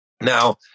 now